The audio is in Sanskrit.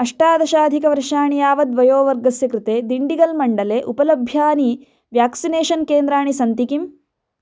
अष्टादशाधिकवर्षाणि यावद् वयोवर्गस्य कृते दिण्डिगल् मण्डले उपलभ्यमानानि व्याक्सिनेषन् केन्द्राणि सन्ति किम्